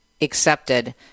accepted